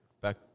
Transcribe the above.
Back